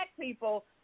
people